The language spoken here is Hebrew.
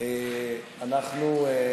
אדוני.